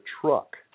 truck